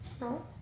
No